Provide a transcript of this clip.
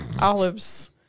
Olives